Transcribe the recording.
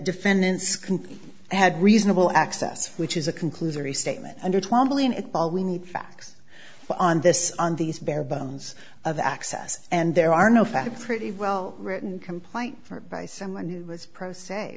defendants can had reasonable access which is a conclusory statement under twelve million it ball we need facts on this on these bare bones of access and there are no fact pretty well written complaint for by someone who was pro s